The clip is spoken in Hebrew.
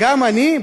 גם אני,